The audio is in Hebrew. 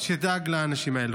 -- אם תדאג לאנשים האלה.